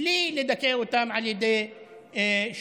בלי לדכא אותם על ידי שוטרים.